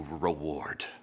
reward